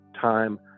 time